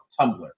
Tumblr